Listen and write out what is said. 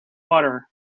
water